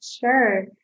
Sure